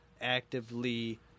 actively